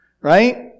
right